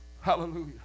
Hallelujah